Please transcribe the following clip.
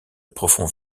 profond